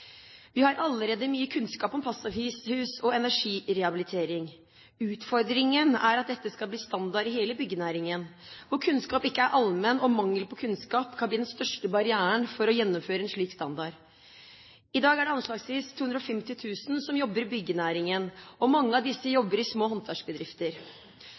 Vi har allerede mye kunnskap om passivhus og energirehabilitering. Utfordringen er at dette skal bli standard i hele byggenæringen, hvor kunnskap ikke er allmenn og mangel på kunnskap kan bli den største barrieren for å gjennomføre en slik standard. I dag er det anslagsvis 250 000 som jobber i byggenæringen, og mange av disse